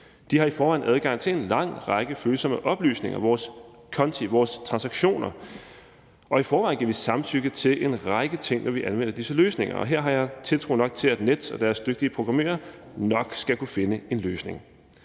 De har i forvejen adgang til en lang række følsomme oplysninger, herunder vores konti og vores transaktioner. Og vi giver i forvejen samtykke til en lang række ting, når vi anvender disse løsninger. Her har jeg tiltro nok til, at Nets og deres dygtige programmører nok skal kunne finde en løsning.